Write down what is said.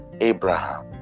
Abraham